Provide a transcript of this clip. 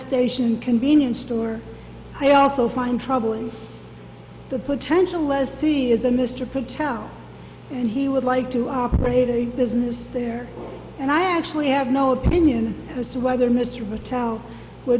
station convenience store i also find troubling the potential lessee is a mr patel and he would like to operate a business there and i actually have no opinion as to whether mr patel